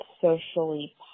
socially